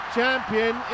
champion